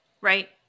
Right